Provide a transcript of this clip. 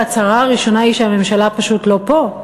ההצהרה הראשונה היא שהממשלה פשוט לא פה.